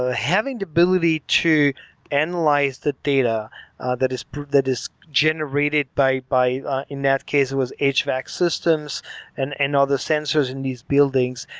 ah having the ability to analyze the data that is that is generated by by in that case, was hvac systems and and all the sensors in these buildings,